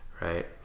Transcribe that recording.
Right